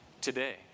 today